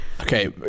Okay